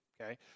Okay